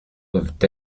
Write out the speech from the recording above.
doivent